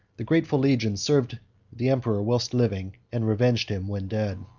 the grateful legion served the emperor whilst living, and revenged him when dead.